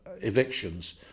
evictions